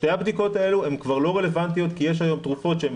שתי הבדיקות האלה הן כבר לא רלוונטיות כי יש היום תרופות שהם